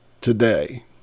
today